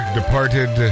departed